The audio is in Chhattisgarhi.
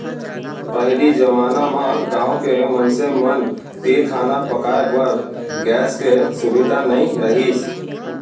पहिली जमाना म गॉँव के मनसे मन तीर खाना पकाए बर गैस के सुभीता नइ रहिस